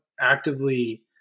actively